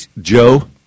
Joe